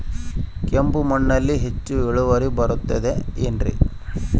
ಕೆಂಪು ಮಣ್ಣಲ್ಲಿ ಹೆಚ್ಚು ಇಳುವರಿ ಬರುತ್ತದೆ ಏನ್ರಿ?